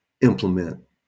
implement